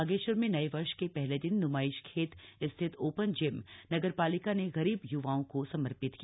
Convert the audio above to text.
बागेश्वर में नए वर्ष के पहले दिन न्माइशखेत स्थित ओपन जिम नगरपालिका ने गरीब य्वाओं को समर्पित किया